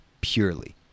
purely